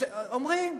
אומרים: